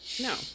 no